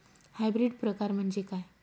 Hybrid प्रकार म्हणजे काय?